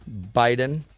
Biden